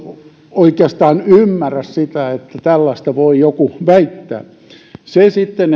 oikeastaan ymmärrä sitä että tällaista voi joku väittää siitä